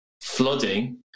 Flooding